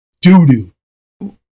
doo-doo